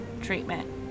treatment